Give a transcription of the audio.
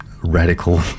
radical